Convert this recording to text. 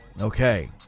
okay